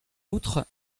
outre